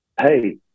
hey